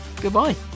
goodbye